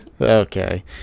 Okay